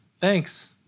thanks